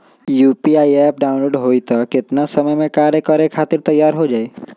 UPI app download होई त कितना समय मे कार्य करे खातीर तैयार हो जाई?